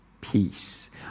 peace